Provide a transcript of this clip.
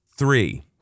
Three